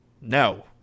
no